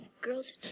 girls